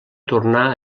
tornar